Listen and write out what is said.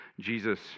Jesus